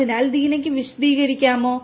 അതിനാൽ ദീനയ്ക്ക് വിശദീകരിക്കാമോ